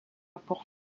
pour